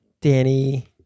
Danny